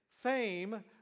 fame